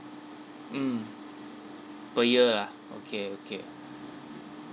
mm per year ah okay okay